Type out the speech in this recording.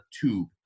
tube